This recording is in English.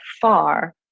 far